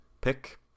pick